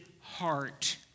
heart